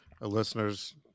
listeners